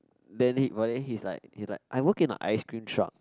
then he but then he's like he like I work in a ice cream truck